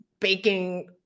baking